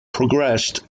progressed